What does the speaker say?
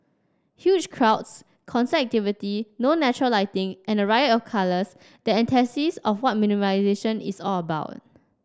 huge crowds constant activity no natural lighting and a riot of colours the antithesis of what minimisation is all about